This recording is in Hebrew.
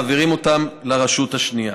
מעבירים אותם לרשות השנייה.